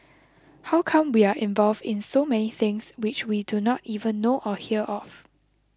how come we are involved in so many things which we do not even know or hear of